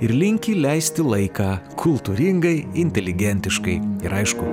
ir linki leisti laiką kultūringai inteligentiškai ir aišku